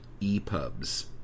EPUBs